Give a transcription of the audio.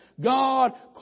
God